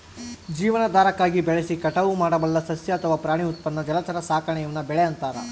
ಜೀವನಾಧಾರಕ್ಕಾಗಿ ಬೆಳೆಸಿ ಕಟಾವು ಮಾಡಬಲ್ಲ ಸಸ್ಯ ಅಥವಾ ಪ್ರಾಣಿ ಉತ್ಪನ್ನ ಜಲಚರ ಸಾಕಾಣೆ ಈವ್ನ ಬೆಳೆ ಅಂತಾರ